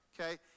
Okay